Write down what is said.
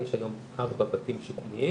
יש היום ארבעה בתים שיקומיים,